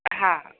हा